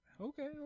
Okay